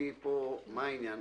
מה העניין?